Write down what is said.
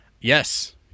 Yes